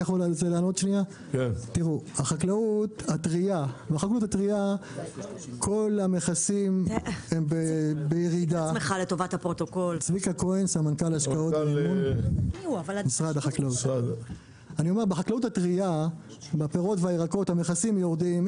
בחקלאות הטרייה בפירות והירקות המכסים יורדים.